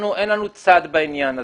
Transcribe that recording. אין לנו צד בעניין הזה.